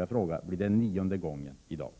Jag frågar: Blir det nionde gången i dag?